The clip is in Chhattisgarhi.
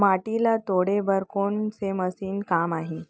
माटी ल तोड़े बर कोन से मशीन काम आही?